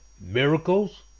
Miracles